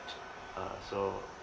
uh so